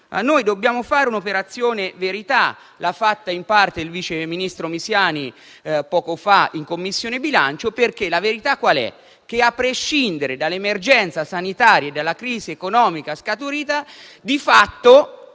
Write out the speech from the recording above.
noi dobbiamo fare un'operazione verità; l'ha fatta in parte il vice ministro Misiani poco fa in Commissione bilancio. La verità è che, a prescindere dall'emergenza sanitaria e dalla crisi economica scaturita, la